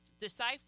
decipher